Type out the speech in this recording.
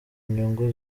nyungu